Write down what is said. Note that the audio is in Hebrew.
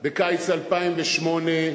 בקיץ 2008,